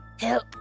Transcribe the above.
Help